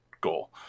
goal